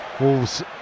Wolves